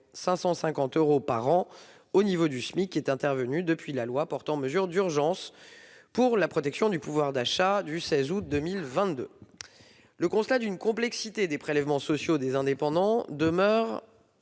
550 euros par an au niveau du Smic intervenue depuis la loi portant mesures d'urgence pour la protection du pouvoir d'achat du 16 août 2022. Le constat d'une complexité des prélèvements sociaux des indépendants demeure